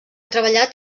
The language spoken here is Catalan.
treballat